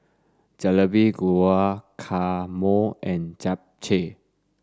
Jalebi Guacamole and Japchae